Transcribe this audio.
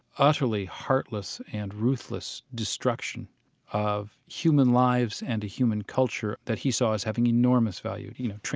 utterly heartless and ruthless destruction of human lives and a human culture that he saw as having enormous value, you know,